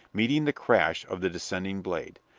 meeting the crash of the descending blade.